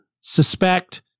suspect